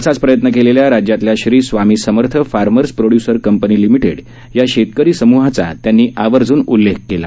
असाच प्रयत्न केलेल्या राज्यातल्या Shri Swami Samarth farmers producer company limited या शेतकरी समुहाचा त्यांनी आवर्ज्ञन उल्लेख केला